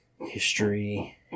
history